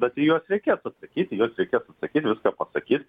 bet į juos reikėtų atsakyti juos reikėtų atsakyti viską pasakyt